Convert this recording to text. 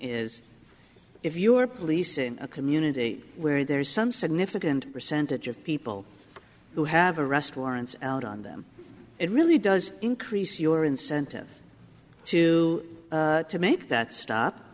is if you are police in a community where there is some significant percentage of people who have arrest warrants out on them it really does increase your incentive to to make that stop